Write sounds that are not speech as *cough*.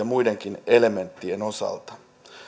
*unintelligible* muidenkin elementtien osalta